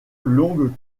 longues